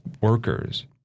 workers